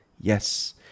Yes